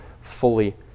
fully